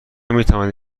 میتوانید